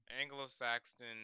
Anglo-Saxon